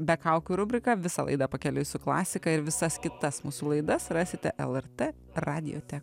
be kaukių rubriką visą laidą pakeliui su klasika ir visas kitas mūsų laidas rasite lrt radiote